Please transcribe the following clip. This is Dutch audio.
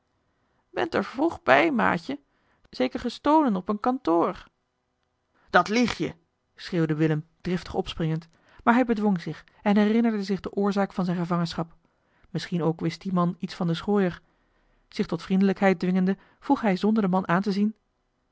bent er vroeg bij maatje zeker gestolen op een kantoor dat lieg je schreeuwde willem driftig opspringend maar hij bedwong zich en herinnerde zich de oorzaak van zijne gevangenschap misschien ook wist die man iets van den schooier zich tot vriendelijkheid dwingende vroeg hij zonder den man aan te zien